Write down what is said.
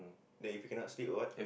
then if you cannot sleep or what